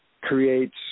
creates